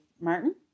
Martin